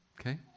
Okay